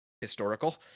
historical